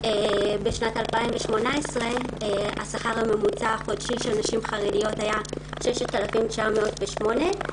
בשנת 2018 השכר הממוצע החודשי של נשים חרדיות היה 6,908 שקלים,